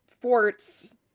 forts